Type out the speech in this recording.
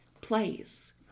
place